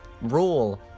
rule